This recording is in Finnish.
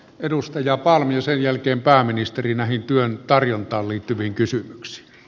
edustaja palm ja sen jälkeen pääministeri näihin työn tarjontaan liittyviin kysymyksiin